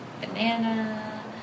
banana